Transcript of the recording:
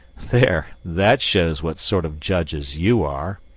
there, that shows what sort of judges you are!